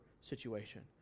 situation